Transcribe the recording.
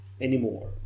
Anymore